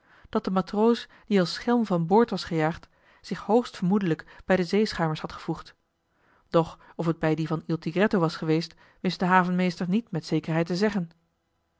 dat de matroos die als schelm van boord was gejaagd zich hoogstvermoedelijk bij de zeeschuimers had gevoegd doch of het bij die van il tigretto was geweest wist de havenmeester niet met zekerheid te zeggen